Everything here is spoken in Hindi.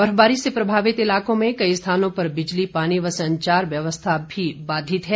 बर्फबारी से प्रभावित इलाकों में कई स्थानों पर बिजली पानी व संचार व्यवस्था भी बाधित है